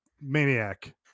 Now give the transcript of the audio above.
Maniac